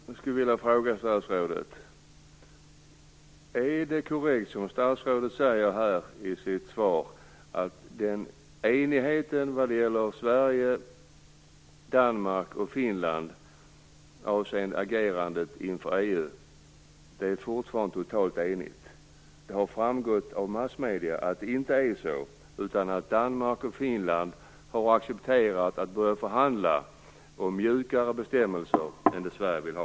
Jag skulle vilja fråga statsrådet: Är det korrekt, som statsrådet säger i sitt svar, att Sveriges, Danmarks och Finlands agerande inför EU fortfarande är totalt enigt? Det har framgått av massmedierna att det inte är det, utan att Danmark och Finland har accepterat att börja förhandla om mjukare bestämmelser än vad Sverige vill ha.